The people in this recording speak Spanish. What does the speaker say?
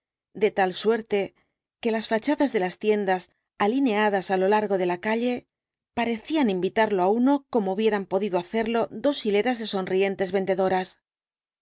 de tal suerte que las fachadas de las tiendas alineadas á lo largo de la calle parecían invitarlo á uno como hubieran podido hacerlo dos hileras de sonrientes vendedoras